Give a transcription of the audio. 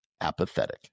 apathetic